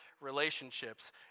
relationships